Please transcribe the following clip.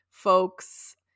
folks